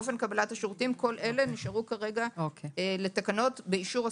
אופן קבלת השירותים כל אלה נשארו כרגע לתקנות באישור השר,